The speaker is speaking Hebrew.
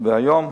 היום,